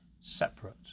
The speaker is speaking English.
separate